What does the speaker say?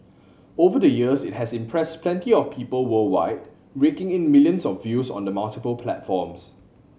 over the years it has impressed plenty of people worldwide raking in millions of views on the multiple platforms